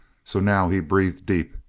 so now he breathed deep,